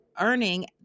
earning